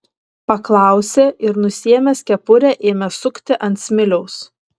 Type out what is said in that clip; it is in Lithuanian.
paklausė ir nusiėmęs kepurę ėmė sukti ant smiliaus